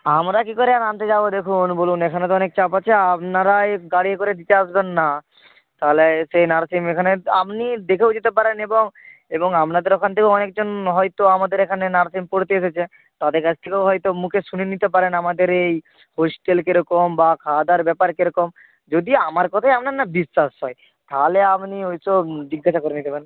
আমরা কী করে আনতে যাব দেখুন বলুন এখানে তো অনেক চাপ আছে আপনারা এ গাড়িয়ে করে দিতে আসবেন না তাহলে সেই নার্সিং এখানে আপনি দেখেও যেতে পারেন এবং এবং আপনাদের ওখান থেকেও অনেকজন হয়তো আমাদের এখানে নার্সিং পড়তে এসেছে তাদের কাছ থেকেও হয়তো মুখে শুনে নিতে পারেন আমাদের এই হোস্টেল কীরকম বা খাওয়া দাওয়ার ব্যাপার কীরকম যদি আমার কথায় আপনার না বিশ্বাস হয় তাহলে আপনি ওই সব জিজ্ঞাসা করে নিতে পারেন